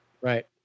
Right